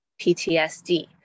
ptsd